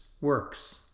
works